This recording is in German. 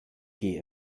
gmbh